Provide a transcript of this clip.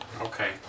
Okay